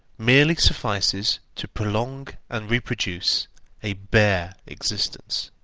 merely suffices to prolong and reproduce a bare existence.